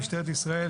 משטרת ישראל,